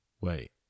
Wait